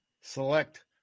select